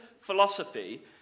philosophy